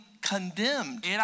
condemned